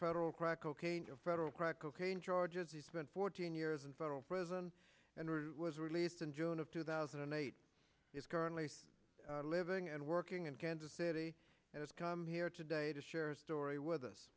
federal crack cocaine federal crack cocaine charges he spent fourteen years in federal prison and was released in june of two thousand and eight is currently living and working in kansas city as come here today to share his story with us